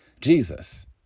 Jesus